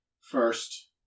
first